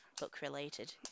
book-related